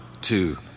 Two